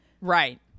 right